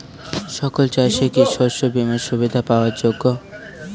সকল চাষি কি শস্য বিমার সুবিধা পাওয়ার যোগ্য?